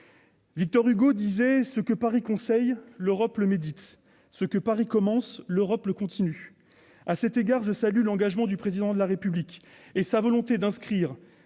Victor Hugo disait :« Ce que Paris conseille, l'Europe le médite. Ce que Paris commence, l'Europe le continue. »